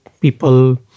people